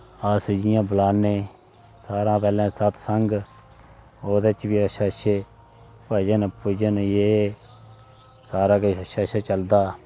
अस जियां बलान्ने सारैं शा पैह्लैं सत संग ओह्दै च बी अच्छे अच्छे भजन भुजन जे सारा किश अच्छा अच्छा चलदा